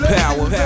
Power